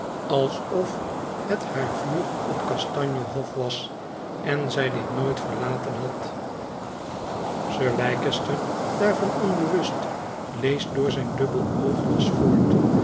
alsof het haar vuur op kastanje hof was en zij dit nooit verlaten had sir leicester daarvan onbewust leest door zijn dubbel oogglas voort